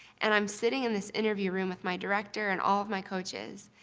and i'm sitting in this interview room with my director and all of my coaches,